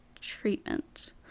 treatment